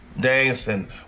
dancing